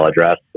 address